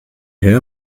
herr